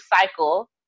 cycle